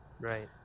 Right